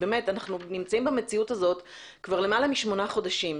אנחנו נמצאים במציאות הזאת כבר למעלה משמונה חודשים.